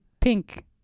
pink